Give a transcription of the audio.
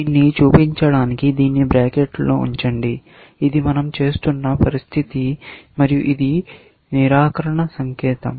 దీన్ని చూపించడానికి దీన్ని బ్రాకెట్లో ఉంచండి ఇది మనం చూస్తున్న పరిస్థితి మరియు ఇది నిరాకరణ సంకేతం